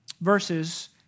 verses